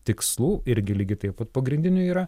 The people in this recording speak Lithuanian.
tikslų irgi lygiai taip pat pagrindinių yra